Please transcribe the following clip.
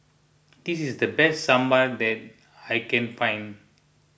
this is the best Sambar that I can find